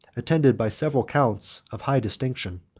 attended by several counts of high distinction,